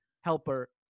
helper